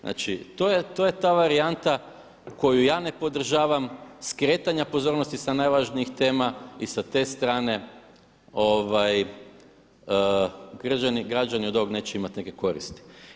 Znači to je ta varijanta koju ja ne podržavam skretanja pozornosti sa najvažnijih tema i sa te strane građani od ovoga neće imati neke koristi.